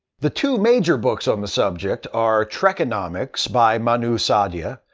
the two major books on the subject are trekonomics by manu saadia,